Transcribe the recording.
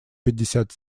пятьдесят